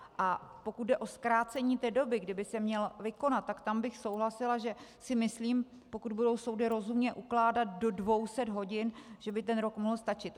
A pokud jde o zkrácení té doby, kdy by se měl vykonat, tak tam bych souhlasila, že si myslím, pokud budou soudy rozumně ukládat do 200 hodin, že by ten rok mohl stačit.